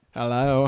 Hello